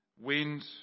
wind